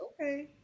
okay